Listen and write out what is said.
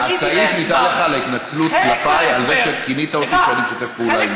הסעיף ניתן לך להתנצלות כלפיי על זה שכינית אותי משתף פעולה.